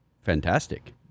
Fantastic